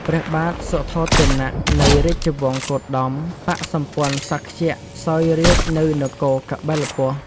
ព្រះបាទសុទ្ធោទនៈ នៃរាជវង្សគោតម បក្សសម្ព័ន្ធសាក្យៈ សោយរាជ្យនៅនគរកបិលពស្តុ។